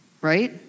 Right